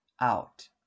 out